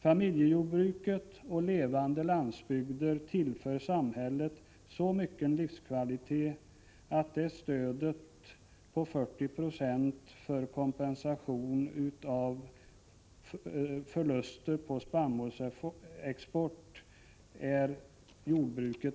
Familjejordbruket och levande landsbygder tillför samhället så mycken livskvalitet att jordbruket verkligen är värt stödet på 40 96 för kompensation av förluster på spannmålsexport.